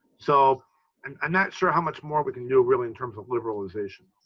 so and i'm not sure how much more we can do really in terms of liberalization.